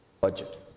budget